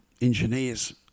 engineers